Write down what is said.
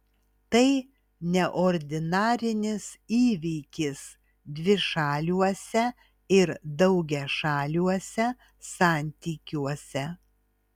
tai neordinarinis įvykis dvišaliuose ir daugiašaliuose santykiuose